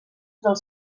dels